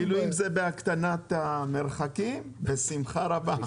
אפילו אם זה בהקטנת המרחקים בשמחה רבה.